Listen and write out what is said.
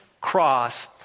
cross